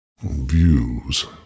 Views